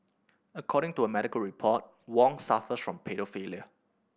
according to a medical report Wong suffers from paedophilia